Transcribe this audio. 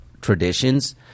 traditions